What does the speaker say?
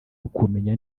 ukumenya